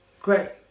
great